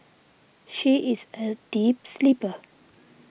she is a deep sleeper